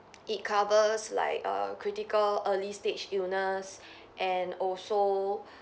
it covers like err critical early stage illness and also